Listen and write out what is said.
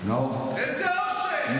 אוי,